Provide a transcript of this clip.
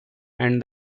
and